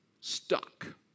stuck